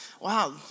wow